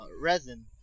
resin